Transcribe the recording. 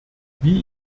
wie